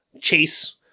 chase